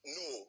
no